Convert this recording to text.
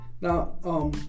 Now